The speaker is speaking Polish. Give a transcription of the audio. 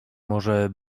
może